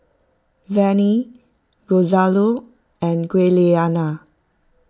Vannie Gonzalo and Giuliana